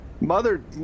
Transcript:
Mother